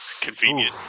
Convenient